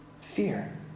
fear